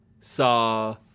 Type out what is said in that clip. saw